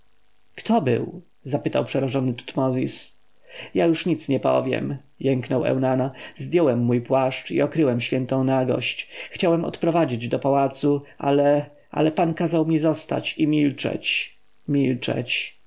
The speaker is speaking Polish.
kto był zapytał przerażony tutmozis już nic nie powiem jęknął eunana zdjąłem mój płaszcz i okryłem świętą nagość chciałem odprowadzić do pałacu ale ale pan kazał mi zostać i milczeć milczeć